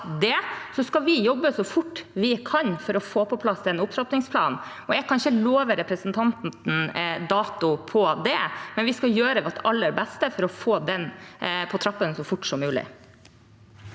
Så skal vi jobbe så fort vi kan for å få på plass en opptrappingsplan. Jeg kan ikke love representanten dato på det, men vi skal gjøre vårt aller beste for å få den på trappene så fort som mulig.